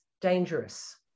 dangerous